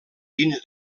dins